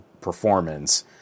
performance